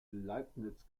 leibniz